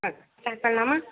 ஆ start பண்ணலாமா